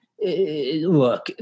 look